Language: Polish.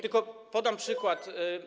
Tylko podam przykład.